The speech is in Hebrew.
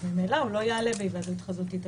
אז ממילא הוא לא יעלה בהיוועדות חזותית.